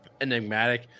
Enigmatic